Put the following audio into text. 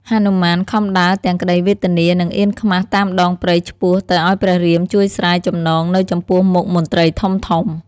ហនុមានខំដើរទាំងក្តីវេទនានិងអៀនខ្មាសតាមដងព្រៃឆ្ពោះ ទៅឱ្យព្រះរាមជួយស្រាយចំណងនៅចំពោះមុខមន្ត្រីធំៗ។